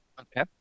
Okay